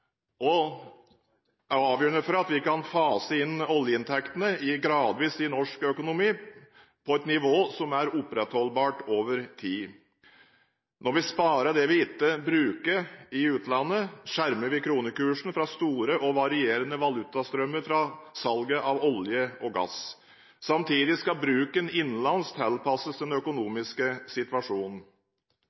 og også avgjørende for at vi kan fase oljeinntektene gradvis inn i norsk økonomi på et nivå som kan opprettholdes over tid. Når vi sparer det vi ikke bruker i utlandet, skjermer vi kronekursen fra store og varierende valutastrømmer fra salget av olje og gass. Samtidig skal bruken innenlands tilpasses den økonomiske situasjonen.